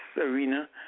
arena